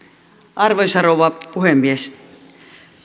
arvoisa rouva puhemies